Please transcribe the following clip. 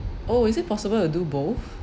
oh is it possible to do both